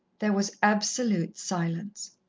there was absolute silence.